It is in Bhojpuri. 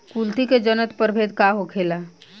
कुलथी के उन्नत प्रभेद का होखेला?